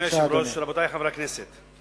ותעבור לוועדת הכספים לדיון הבא.